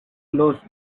close